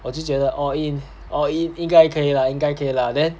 我就觉得 all in all in 应该可以啦应该可以 lah then